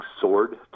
sword